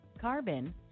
carbon